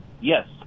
Yes